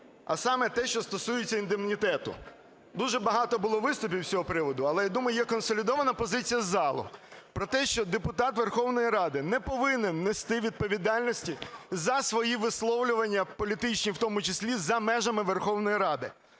а саме те, що стосується індемнітету. Дуже багато було виступів з цього приводу, але, думаю, є консолідована позиція залу про те, що депутат Верховної Ради не повинен нести відповідальності за свої висловлювання політичні, в тому числі за межами Верховної Ради.